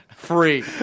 Free